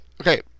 okay